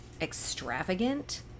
extravagant